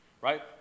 Right